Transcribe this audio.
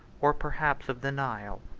or perhaps of the nile.